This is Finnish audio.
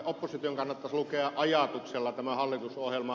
opposition kannattaisi lukea ajatuksella tämä hallitusohjelma